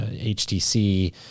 HTC